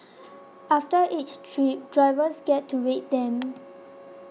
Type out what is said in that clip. after each trip drivers get to rate them